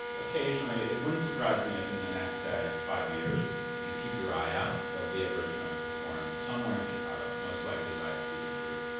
occasionally. it wouldn't surprise me if in the next, say, five years, if you keep your eye out, there'll be a version of it performed somewhere in chicago. most likely by a student group,